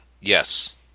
Yes